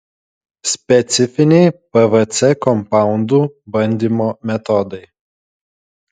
specifiniai pvc kompaundų bandymo metodai